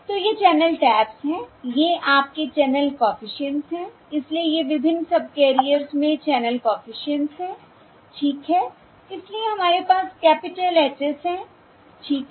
तो ये channel taps हैं ये आपके चैनल कॉफिशिएंट्स हैं इसलिए ये विभिन्न सबकैरियर्स में चैनल कॉफिशिएंट्स हैं ठीक है इसलिए हमारे पास कैपिटल H s है ठीक है